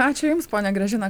ačiū jums ponia gražina